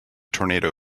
tornado